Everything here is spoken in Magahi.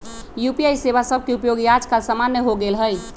यू.पी.आई सेवा सभके उपयोग याजकाल सामान्य हो गेल हइ